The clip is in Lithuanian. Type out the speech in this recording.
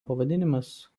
pavadinimas